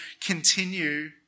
continue